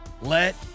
let